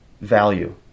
value